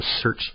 search